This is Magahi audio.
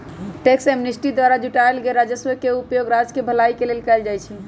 टैक्स एमनेस्टी द्वारा जुटाएल गेल कर राजस्व के उपयोग राज्य केँ भलाई के लेल कएल जाइ छइ